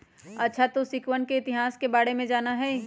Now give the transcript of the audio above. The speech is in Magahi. अच्छा तू सिक्कवन के इतिहास के बारे में जाना हीं?